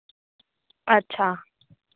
अच्छा